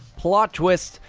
plot twist!